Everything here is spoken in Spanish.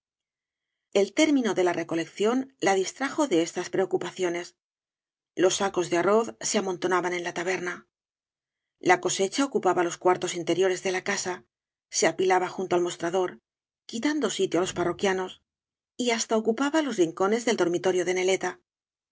el término de la recolección la distrajo de estas preocupaciones los sacos de arroz se amontona ban en la taberna la cosecha ocupaba los cuartos interiores de la casa se apilaba junto al mostrador quitando sitio á los parroquianos y hasta ocupaba los rincones del dormitorio de neleta